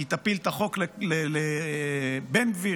היא תפיל את החוק לבן גביר,